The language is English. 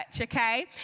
okay